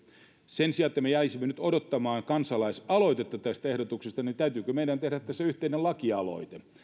sen sijaan että me jäisimme nyt odottamaan kansalaisaloitetta tästä ehdotuksesta niin täytyykö meidän tehdä tässä yhteinen lakialoite